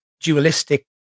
dualistic